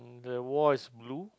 the wall is blue